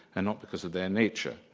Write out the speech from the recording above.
and not because of their nature,